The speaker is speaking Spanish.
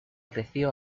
creció